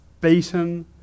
beaten